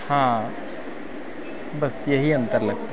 हाँ बस यही अंतर लगता है